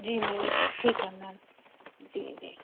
जी ma'am ठीक है ma'am जी जी